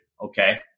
okay